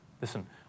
Listen